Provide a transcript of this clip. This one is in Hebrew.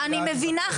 אני מבינה,